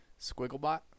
Squigglebot